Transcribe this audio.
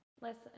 Listen